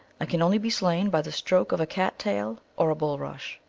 i can only be slain by the stroke of a cat-tail or bulrush.